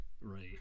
Right